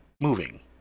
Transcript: moving